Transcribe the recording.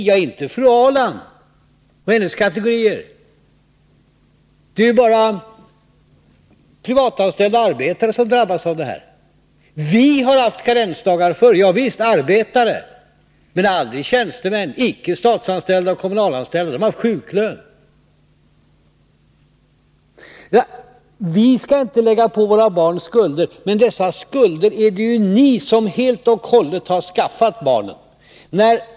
Inte är det fru Ahrland och hennes kategorier. Det är ju bara privatanställda arbetare som drabbas av det här, icke tjänstemän och icke statseller kommunalanställda. Dessa har sjuklön. Vi skall inte lägga på våra barn skulder, säger fru Ahrland. Men det är ju ni som helt och hållet skaffat barnen dessa skulder.